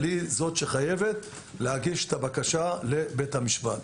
אבל היא זאת שחייבת להגיש את הבקשה לבית המשפט.